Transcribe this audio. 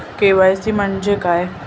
KYC म्हणजे काय?